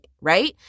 right